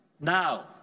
Now